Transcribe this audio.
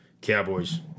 Cowboys